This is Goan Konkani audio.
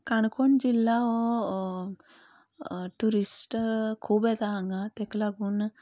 काणकोण जिल्ला हो ट्युरीस्ट खूब येता हांगां तेक लागून